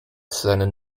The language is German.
seinen